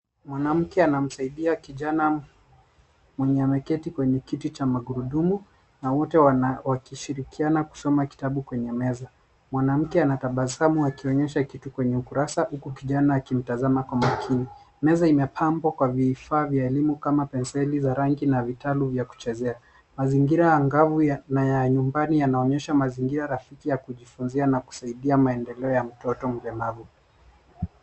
Mwanamke anamsaidia kijana, mwenye ameketi kwenye kiti cha magurudumu, na wote wana, wakishirikiana kusoma kitabu kwenye meza. Mwanamke anatabasamu akionyesha kitu kwenye ukurasa, huku kijana akimtazama kwa makini. Meza imepambwa kwa vifaa vya elimu kama penseli, za rangi, na vitalu vya kuchezea. Mazingira angavu ya, na ya nyumbani, yanaonyesha mazingira rafiki ya kujifunzia na kusaidia maendeleo ya mtoto mlemavu.